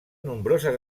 nombroses